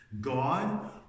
God